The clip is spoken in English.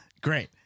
great